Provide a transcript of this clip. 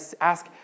ask